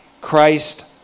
Christ